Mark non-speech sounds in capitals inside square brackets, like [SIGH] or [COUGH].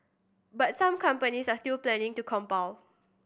but some companies are still planning to [UNINTELLIGIBLE]